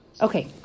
Okay